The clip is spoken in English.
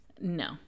No